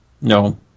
No